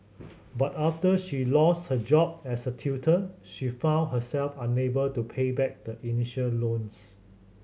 but after she lost her job as a tutor she found herself unable to pay back the initial loans